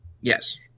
Yes